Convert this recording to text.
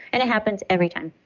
and it happens every time